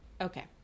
Okay